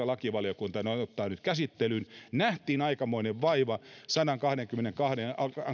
lakivaliokunta tämän ottaa nyt käsittelyyn nähtiin aikamoinen vaiva sadankahdenkymmenenkahden